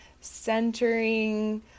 centering